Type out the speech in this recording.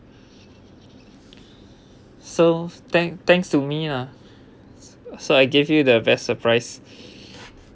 so thank thanks to me lah so I gave you the best surprise